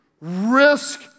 risk